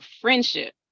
friendship